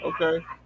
Okay